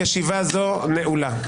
ישיבה זו נעולה.